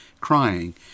crying